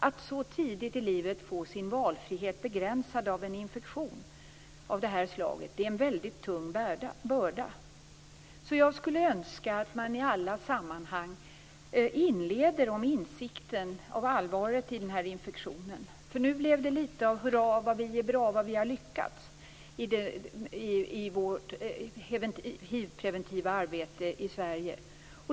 Att så tidigt i livet få sin valfrihet begränsad av en infektion av det här slaget är en väldigt tung börda. Jag skulle önska att man i alla sammanhang inledde med insikten av allvaret med den här infektionen, för nu blev det litet av hurra vad vi är bra, vad vi har lyckats i vårt hivpreventiva arbete i Sverige.